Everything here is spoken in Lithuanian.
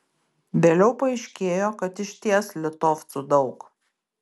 vėliau paaiškėjo kad išties litovcų daug